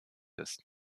ist